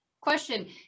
Question